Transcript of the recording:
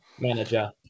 manager